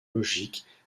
logiques